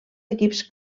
equips